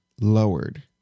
lowered